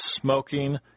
smoking